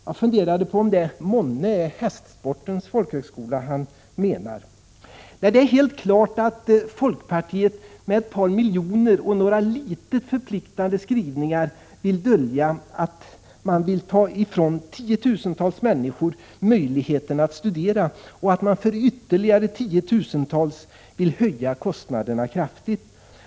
Jag funderade på om det månne är hästsportens folkhögskola som han menar. Det är helt klart att folkpartiet med ett par miljoner och några till nästan intet förpliktande skrivningar vill dölja att man vill ta ifrån tiotusentals människor möjligheten att studera och att man för ytterligare tiotusentals människor vill höja kostnaderna kraftigt.